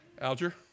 Alger